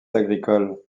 agricoles